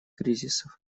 кризисов